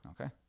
Okay